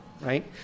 right